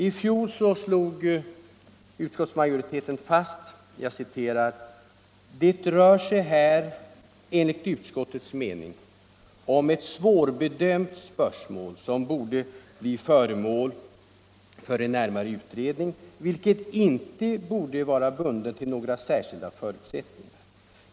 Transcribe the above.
I fjol slog utskottsmajoriteten fast: ”Det rör sig här enligt utskottets mening om ett svårbedömt spörsmål som bör bli föremål för en närmare utredning. En sådan utredning bör inte vara bunden till några särskilda förutsättningar —-—--.